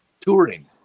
touring